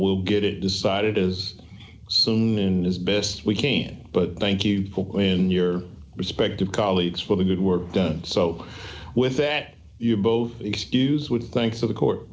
we'll get it decided as soon as best we can but thank you when your respective colleagues for the good work done so with that you both excuse with thanks to the court